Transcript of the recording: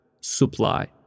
supply